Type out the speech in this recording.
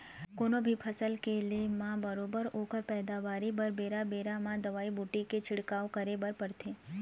कोनो भी फसल के ले म बरोबर ओखर पइदावारी बर बेरा बेरा म दवई बूटी के छिड़काव करे बर परथे